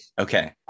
Okay